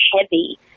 heavy